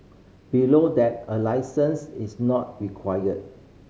below that a licence is not required